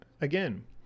again